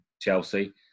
Chelsea